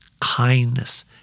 kindness